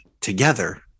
together